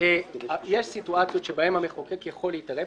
יש סיטואציות שבהן המחוקק יכול להתערב,